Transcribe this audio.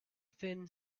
thin